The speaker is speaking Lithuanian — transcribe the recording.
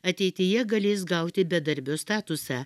ateityje galės gauti bedarbio statusą